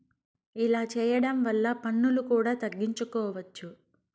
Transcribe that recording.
ఇలా చేయడం వల్ల పన్నులు కూడా తగ్గించుకోవచ్చు